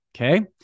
okay